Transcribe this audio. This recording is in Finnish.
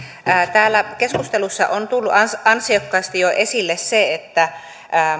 täällä keskustelussa on jo tullut ansiokkaasti esille se että